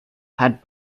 had